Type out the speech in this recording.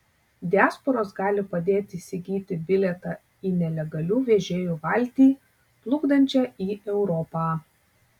diasporos gali padėti įsigyti bilietą į nelegalių vežėjų valtį plukdančią į europą